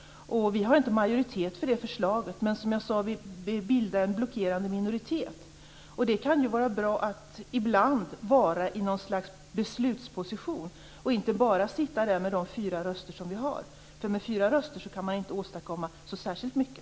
Och vi har inte majoritet för det förslaget. Men som jag sade bildar vi en blockerande minoritet. Det kan ju vara bra att ibland vara i något slags beslutsposition och inte bara sitta där med de fyra röster som vi har. Med fyra röster kan man inte åstadkomma så särskilt mycket.